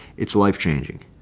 it's life changing.